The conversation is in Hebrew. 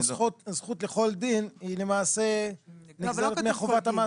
הזכות לכל דין היא למעשה נגזרת מחובת המעסיק.